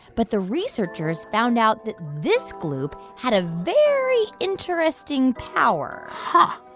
but the researchers found out that this gloop had a very interesting power huh.